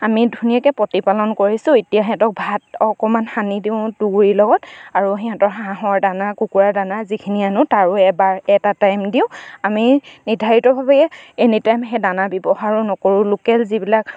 আমি ধুনীয়াকে প্ৰতিপালন কৰিছোঁ এতিয়া সিহঁতক ভাত অকমান সানি দিওঁ তুঁহগুড়িৰ লগত আৰু সিহঁতৰ হাঁহৰ দানা কুকুৰা দানা যিখিনি আনো তাৰো এবাৰ এটা টাইম দিওঁ আমি নিৰ্ধাৰিতভাৱে এনি টাইম সেই দানা ব্যৱহাৰো নকৰোঁ লোকেল যিবিলাক